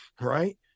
right